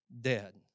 dead